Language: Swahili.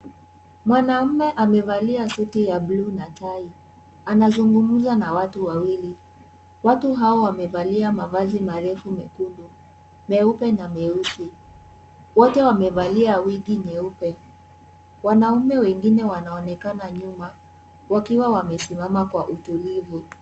Mwanaume amevalia suti ya bluu na tai anazungumza na watu wawili. Watu hao wamevalia mavazi marefu mekundu, meupe na meusi. Wote wamevalia wigi nyeupe. Wanaume wengine wanaonekana nyuma, wakiwa wamesimama kwa utulivu.